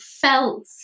felt